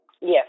Yes